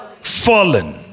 fallen